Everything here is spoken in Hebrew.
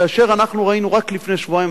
כאשר אנחנו ראינו רק לפני שבועיים,